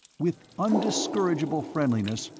with undiscourageable friendliness,